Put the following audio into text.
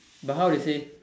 but how they say